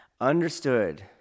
understood